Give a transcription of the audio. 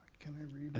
can i read and